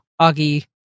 Augie